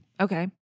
Okay